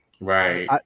right